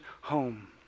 home